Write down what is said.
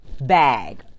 bag